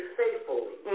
faithfully